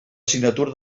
signatura